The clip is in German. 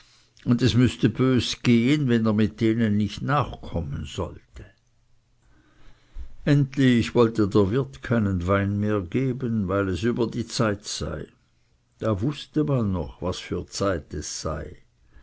und es müßte bös gehen wenn er mit denen nicht nachkommen sollte endlich wollte der wirt keinen wein mehr geben weil es über die zeit sei da wußte man noch was für zeit es sei